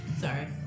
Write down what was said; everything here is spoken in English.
Sorry